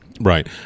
Right